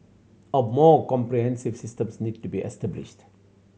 a more comprehensive systems need to be established